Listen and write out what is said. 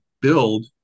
build